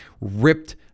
ripped